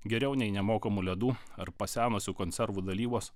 geriau nei nemokamų ledų ar pasenusių konservų dalybos